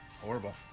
horrible